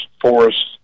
forests